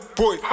boy